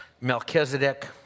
Melchizedek